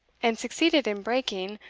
and succeeded in breaking,